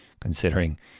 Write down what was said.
considering